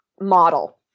model